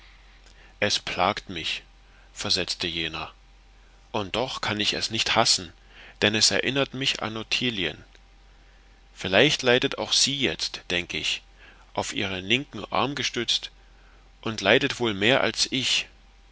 es plagt mich versetzte jener und doch kann ich es nicht hassen denn es erinnert mich an ottilien vielleicht leidet auch sie jetzt denk ich auf ihren linken arm gestützt und leidet wohl mehr als ich